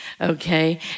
Okay